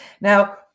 Now